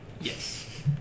Yes